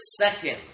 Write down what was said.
second